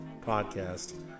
podcast